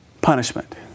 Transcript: punishment